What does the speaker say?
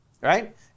right